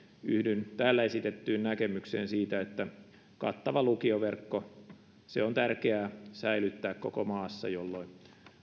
yhdyn täällä esitettyyn näkemykseen siitä että kattava lukioverkko on tärkeää säilyttää koko maassa jolloin